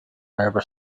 berber